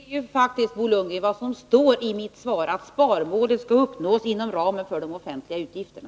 Herr talman! Det är faktiskt, Bo Lundgren, vad som står i mitt svar — dvs. att sparmålet skall uppnås inom ramen för de offentliga utgifterna.